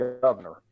governor